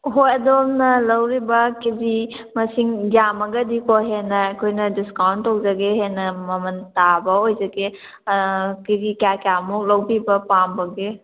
ꯍꯣꯏ ꯑꯗꯣꯝꯅ ꯂꯧꯔꯤꯕ ꯀꯦꯖꯤ ꯃꯁꯤꯡ ꯌꯥꯝꯃꯒꯗꯤꯀꯣ ꯍꯦꯟꯅ ꯑꯩꯈꯣꯏꯅ ꯗꯤꯁꯀꯥꯎꯟ ꯇꯧꯖꯒꯦ ꯍꯦꯟꯅ ꯃꯃꯜ ꯇꯥꯕ ꯑꯣꯏꯖꯒꯦ ꯀꯦꯖꯤ ꯀꯌꯥ ꯀꯌꯥꯃꯨꯛ ꯂꯧꯕꯤꯕ ꯄꯥꯝꯕꯒꯦ